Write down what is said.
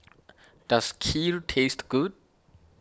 does Kheer taste good